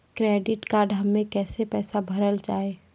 Credit card हम्मे कैसे पैसा भरल जाए?